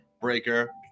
Breaker